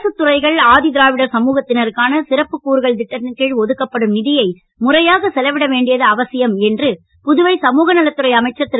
அரசுத் துறைகள் ஆதி திராவிடர் சமூகத்தினருக்கான சிறப்புக் கூறுகள் திட்டத்தின் கீழ் ஒதுக்கப்படும் நிதியை முறையாக செலவிட வேண்டியது அவசியம் என்று புதுவை சமூகநலத் துறை அமைச்சர் திரு